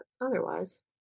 otherwise